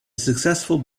successful